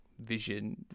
vision